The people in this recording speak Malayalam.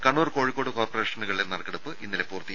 കണ്ണൂർ കോഴിക്കോട് കോർപ്പറേഷനുകളിലെ നറുക്കെടുപ്പ് ഇന്നലെ പൂർത്തിയായി